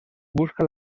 busca